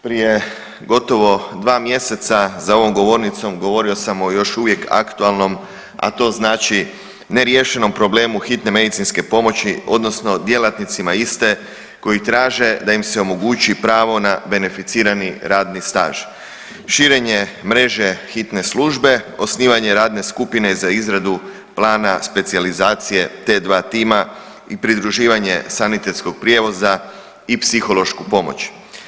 Prije gotovo dva mjeseca za ovom govornicom govorio sam o još uvijek aktualnom, a to znači neriješenom problemu hitne medicinske pomoći odnosno djelatnicima iste koji traže da im se omogući pravo na beneficirani radni staž, širenje mreže hitne službe, osnivanje radne skupine za izradu plana specijalizacije T2 tima i pridruživanje sanitetskog prijevoza i psihološku pomoć.